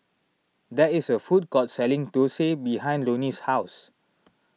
there is a food court selling Dosa behind Loney's house